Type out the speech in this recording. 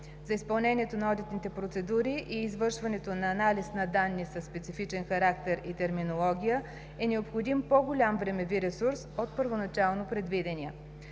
За изпълнението на одитните процедури и извършването на анализ на данни със специфичен характер и терминология е необходим по-голям времеви ресурс от първоначално предвидения.